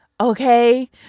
okay